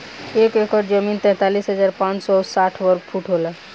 एक एकड़ जमीन तैंतालीस हजार पांच सौ साठ वर्ग फुट होला